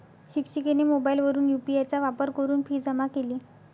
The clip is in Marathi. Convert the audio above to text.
शिक्षिकेने मोबाईलवरून यू.पी.आय चा वापर करून फी जमा केली